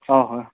অঁ হয়